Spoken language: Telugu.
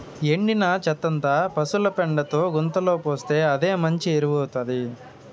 ఎండిన చెత్తంతా పశుల పెండతో గుంతలో పోస్తే అదే మంచి ఎరువౌతాది